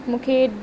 मूंखे